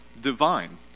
divine